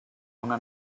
una